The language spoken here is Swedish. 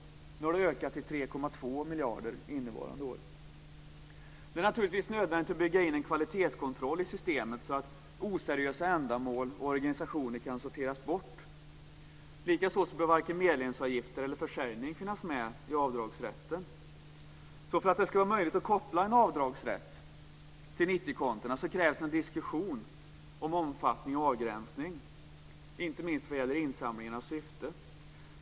Innevarande år har beloppet ökat till 3,2 miljarder. Det är naturligtvis nödvändigt att bygga in en kvalitetskontroll i systemet så att oseriösa ändamål och organisationer kan sorteras bort. Likaså bör varken medlemsavgifter eller försäljning finnas med i avdragsrätten. För att det ska bli möjligt att koppla en avdragsrätt till 90-kontona krävs det en diskussion om omfattning och avgränsning, inte minst när det gäller insamlingarnas syfte.